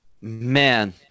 Man